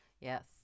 Yes